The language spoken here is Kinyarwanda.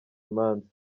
imanza